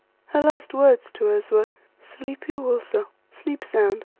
her last words to us were sleep you also, sleep sound,